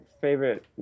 favorite